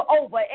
over